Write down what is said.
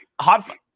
hot